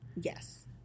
Yes